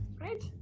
Right